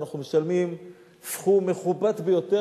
אנחנו משלמים סכום מכובד ביותר,